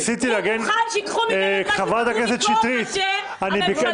ניסיתי להגן -- הוא מוכן שייקחו ממנו מה שלקחו מכל ראשי הממשלות.